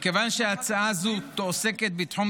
לא שומעים אותך, אדוני